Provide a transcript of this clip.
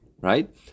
Right